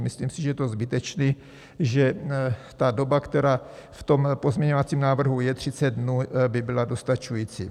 Myslím si, že to je zbytečné, že ta doba, která v pozměňovacím návrhu je 30 dnů, by byla dostačující.